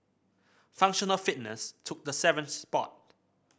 functional fitness took the seventh spot